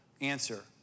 answer